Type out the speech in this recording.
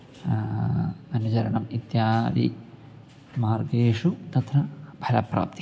अनुचरणम् इत्यादिमार्गेषु तत्र फलप्राप्तिः